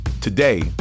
Today